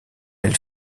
elle